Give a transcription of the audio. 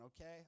okay